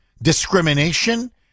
Discrimination